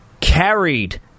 carried